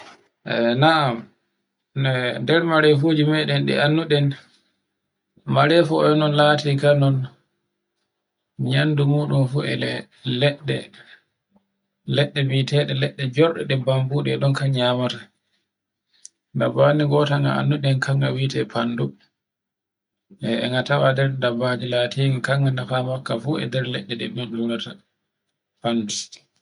E na'am, no nder marefuji meɗen ɗe annduɗen. Marefu e lati annu kadin nyamdu muɗun fu e leɗɗe. Leɗɗe bi'eteɗe jorɗe ɗe bambuɗe e ɗon kan nyamata. Ndabo hannde gota nga annduɗen kanga wi'ete fandu e nga tawa nder dabbaji latiɗi kanko nefa ngokka fu nder leɗɗe ɗe min ciurata fant.